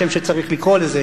זה השם שצריך לקרוא לזה,